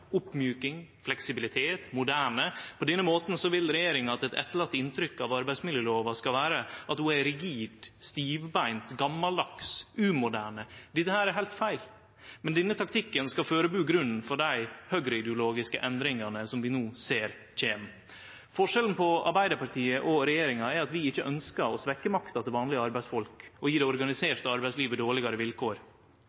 oppmjuking, fleksibilitet, moderne. På denne måten vil regjeringa at eit etterlate inntrykk av arbeidsmiljølova skal vere at ho er rigid, stivbeint, gamaldags, umoderne. Dette er heilt feil. Men denne taktikken skal førebu grunnen for dei høgreideologiske endringane som vi no ser kjem. Forskjellen på Arbeidarpartiet og regjeringa er at vi ikkje ønskjer å svekkje makta til vanlege arbeidsfolk og gje det